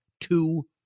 two